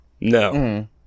no